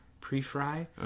pre-fry